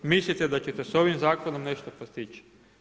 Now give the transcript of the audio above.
Mislite da ćete s ovim zakonom nešto postići?